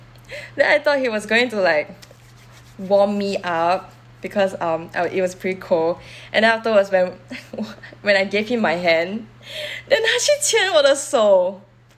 then I thought he was going to like warm me up because um ou~ it was pretty cold and then afterwards when what when I gave him my hand then 他去牵我的手